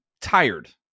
tired